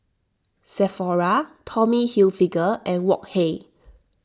Sephora Tommy Hilfiger and Wok Hey